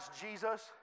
Jesus